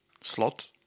slot